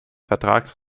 vertrags